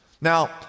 Now